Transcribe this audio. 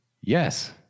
Yes